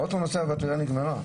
האוטו נוסע והבטרייה נגמרה?